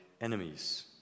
enemies